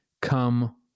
come